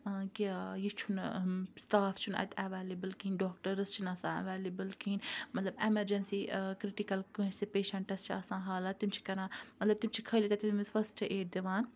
کیاہ یہِ چھُنہٕ سٹاف چھُنہٕ اَتہِ اَویلیبل کِہیٖنۍ ڈاکٹرس چھِنہٕ آسان اَویلیبل کِہیٖنۍ مَطلَب ایٚمَرجنسی کرٹِکَل کٲنٛسہِ پیشَنٹَس چھِ آسان حالَت تِم چھِ کَران مَطلَب تِم چھِ خٲلی تَتہٕ تمس فٮسٹ ایڈ دِوان